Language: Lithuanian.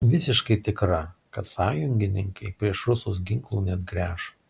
visiškai tikra kad sąjungininkai prieš rusus ginklų neatgręš